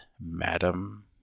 madam